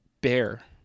bear